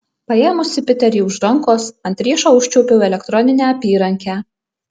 paėmusi piterį už rankos ant riešo užčiuopiau elektroninę apyrankę